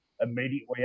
immediately